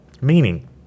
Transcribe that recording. meaning